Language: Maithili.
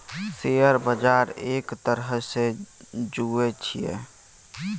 शेयर बजार एक तरहसँ जुऐ छियै